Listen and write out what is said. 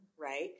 right